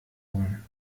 holen